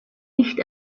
nicht